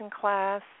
class